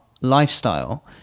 lifestyle